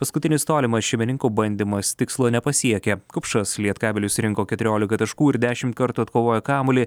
paskutinis tolimas šeimininkų bandymas tikslo nepasiekė kupšas lietkabeliui surinko keturiolika taškų ir dešimt kartų atkovojo kamuolį